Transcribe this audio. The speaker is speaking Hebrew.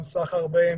גם סחר בהן,